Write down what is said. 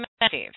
massive